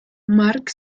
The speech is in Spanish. mark